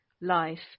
life